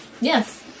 Yes